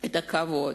את הכבוד.